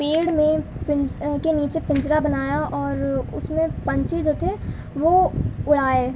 پیڑ میں پنجرا کے نیچے پنجرا بنایا اور اس میں پنچھی جو تھے وہ اڑائے